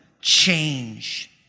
change